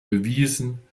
bewiesen